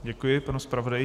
Děkuji, panu zpravodaji.